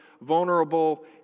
vulnerable